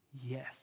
Yes